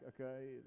okay